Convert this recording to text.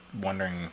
wondering